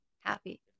happy